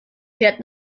fährt